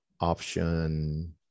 option